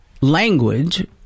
language